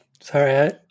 Sorry